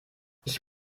ich